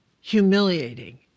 humiliating